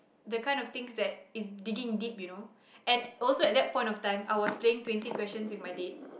the kind of things that is digging deep you know and also at that point of time I was playing twenty questions with my date